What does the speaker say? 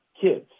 kids